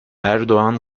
erdoğan